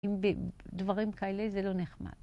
עם דברים כאלה זה לא נחמד.